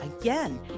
Again